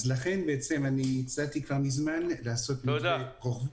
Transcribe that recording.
לכן הצעתי כבר מזמן לעשות מתווה רוחבי.